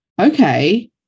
okay